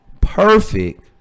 perfect